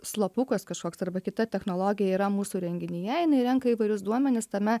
slapukas kažkoks arba kita technologija yra mūsų įrenginyje jinai renka įvairius duomenis tame